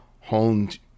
honed